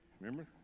remember